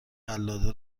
قلاده